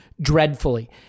dreadfully